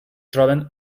troben